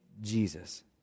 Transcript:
Jesus